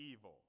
evil